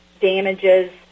damages